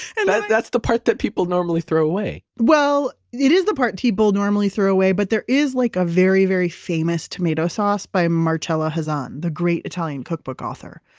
and and that's the part that people normally throw away well, it is the part people normally throw away, but there is like a very, very famous tomato sauce by marcella hazan, the great italian cookbook author,